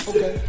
Okay